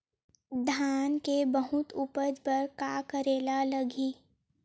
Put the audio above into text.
धान के बहुत उपज बर का करेला लगही?